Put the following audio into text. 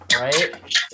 Right